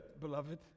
beloved